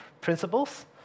principles